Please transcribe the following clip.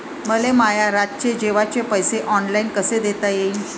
मले माया रातचे जेवाचे पैसे ऑनलाईन कसे देता येईन?